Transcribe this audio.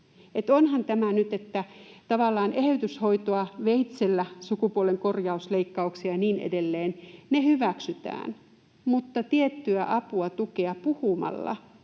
Onhan tämä nyt, että tavallaan eheytyshoidot veitsellä, sukupuolenkorjausleikkaukset ja niin edelleen, hyväksytään mutta tietty apu, tuki puhumalla,